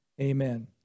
amen